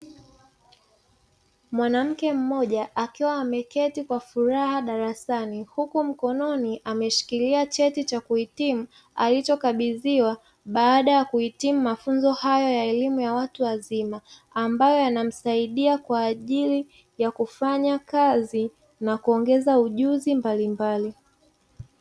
Mwanamke mmoja akiwa ameketi kwa furaha darasani, huku mkononi ameshikilia cheti cha kuhitimu alichokabidhiwa baada ya kuhitimu mafunzo haya ya elimu ya watu wazima, ambayo yanamsaidia kwa ajili ya kufanya kazi na kuongeza ujuzi mbalimbali.